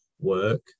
work